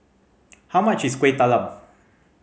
how much is Kuih Talam